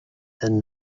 than